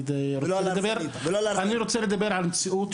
אני רוצה לדבר על המציאות.